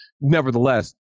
nevertheless